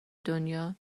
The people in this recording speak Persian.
دنیا